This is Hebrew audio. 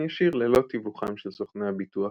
ישיר ללא תיווכם של סוכני הביטוח.